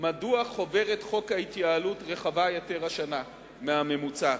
מדוע חוברת חוק ההתייעלות רחבה יותר השנה מהממוצע,